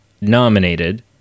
nominated